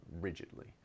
rigidly